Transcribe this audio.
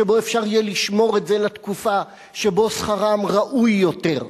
שבו אפשר יהיה לשמור את זה לתקופה שבה שכרם ראוי יותר,